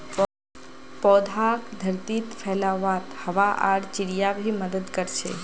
पौधाक धरतीत फैलवात हवा आर चिड़िया भी मदद कर छे